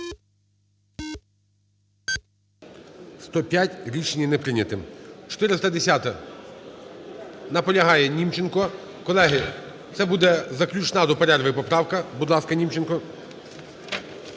За-105 Рішення не прийнято. 410-а. Наполягає Німченко. Колеги, це буде заключна до перерви поправка. Будь ласка, Німченко.